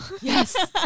yes